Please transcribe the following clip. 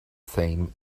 same